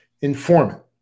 informant